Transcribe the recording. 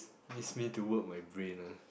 needs me to work my brain ah